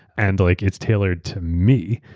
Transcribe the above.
and like it's tailored to me.